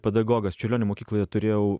pedagogas čiurlionio mokykloje turėjau